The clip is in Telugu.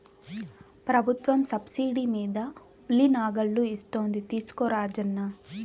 ప్రభుత్వం సబ్సిడీ మీద ఉలి నాగళ్ళు ఇస్తోంది తీసుకో రాజన్న